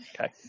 okay